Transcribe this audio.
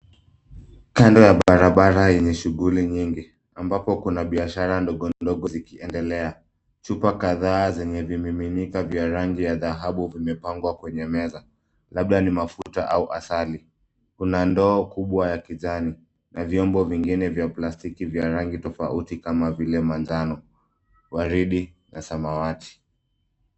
Kando ya barabara yenye shughuli nyingi ambapo kuna biashara ndogo ndogo zikiendelea. Chupa kadhaa zenye vimemiminika vya rangi ya dhahabu vimepangwa kwenye meza, labda ni mafuta au asali. Kuna ndoo kubwa ya kijani na vyombo vingine vya plastiki vya rangi tofuati kama vile manjano, waridi na samawati.